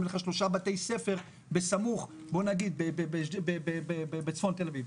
אם יהיו לך שלושה בתי ספר אדומים בצפון תל אביב,